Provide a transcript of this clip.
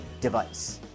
device